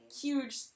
huge